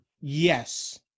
yes